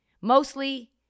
Mostly